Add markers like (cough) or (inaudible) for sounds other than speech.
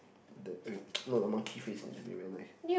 that eh wait (noise) not a monkey face need to be very nice